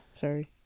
sorry